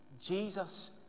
Jesus